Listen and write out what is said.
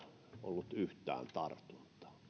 ollut yhtään tartuntaa kun